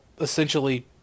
essentially